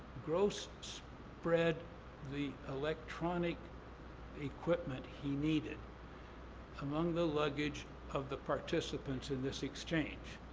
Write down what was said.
gross spread the electronic equipment he needed among the luggage of the participants in this exchange.